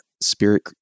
spirit